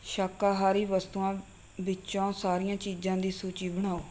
ਸ਼ਾਕਾਹਾਰੀ ਵਸਤੂਆਂ ਵਿੱਚੋਂ ਸਾਰੀਆਂ ਚੀਜ਼ਾਂ ਦੀ ਸੂਚੀ ਬਣਾਓ